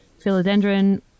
philodendron